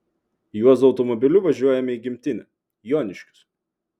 juozo automobiliu važiuojame į gimtinę joniškius